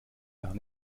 gar